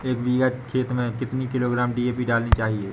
एक बीघा खेत में कितनी किलोग्राम डी.ए.पी डालनी चाहिए?